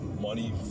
money